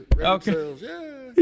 Okay